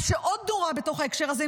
מה שעוד נורא בתוך ההקשר הזה,